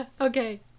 okay